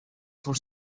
for